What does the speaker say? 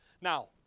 Now